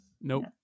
Nope